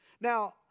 Now